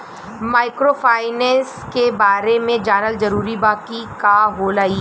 Microfinance के बारे में जानल जरूरी बा की का होला ई?